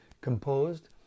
composed